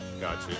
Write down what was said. Gotcha